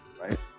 right